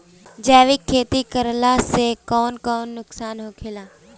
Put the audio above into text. जैविक खेती करला से कौन कौन नुकसान होखेला?